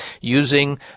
using